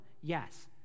yes